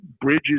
bridges